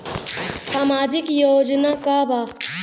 सामाजिक योजना का बा?